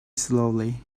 slowly